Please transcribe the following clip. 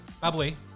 Bubbly